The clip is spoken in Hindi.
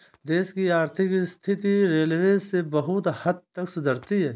देश की आर्थिक स्थिति रेलवे से बहुत हद तक सुधरती है